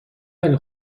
بره